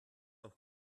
auch